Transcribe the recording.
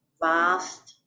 vast